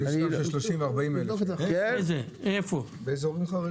יש גם ישובים עם 30,000 או 40,000 תושבים ללא סניף בנק באזורים חרדיים.